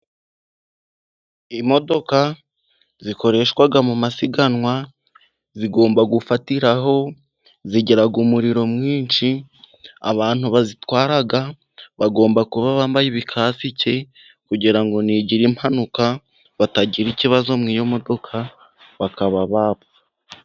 Imodoka zikoreshwa mu masiganwa zigomba gufatiraho zigira umuriro mwinshi, abantu bazitwara bagomba kuba bambaye ibikasike, kugira ngo nigira impanuka batagira ikibazo muri iyo modoka ,bakaba bapfa.